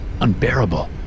unbearable